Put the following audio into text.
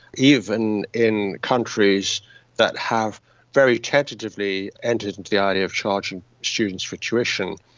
even in countries that have very tentatively entered into the idea of charging students for tuition.